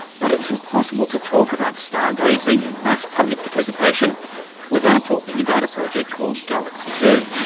but it's impossible to talk about star-gazing and mass public participation without talking about a project called galaxy zoo.